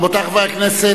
רבותי חברי הכנסת,